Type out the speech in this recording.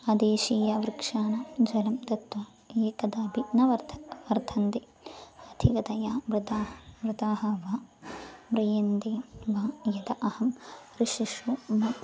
अदेशीयवृक्षाणां जलं दत्त्वा एकदापि न वर्तते वर्धन्ते अधिकतया मृताः मृताः वा म्रियन्ते वा यद् अहं दृश्येषु न